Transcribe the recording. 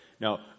now